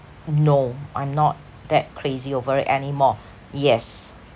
no I'm not that crazy over it anymore yes